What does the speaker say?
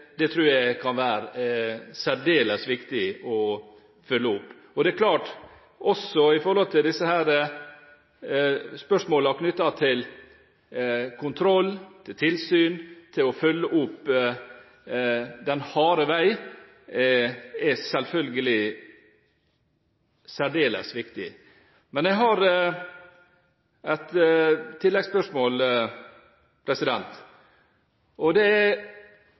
tror jeg kan være særdeles viktig å følge opp. Det er klart at spørsmålene knyttet til kontroll, til tilsyn, til det å følge opp den harde vei, selvfølgelig er særdeles viktige. Men jeg har et tilleggsspørsmål, og det er: